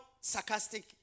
sarcastic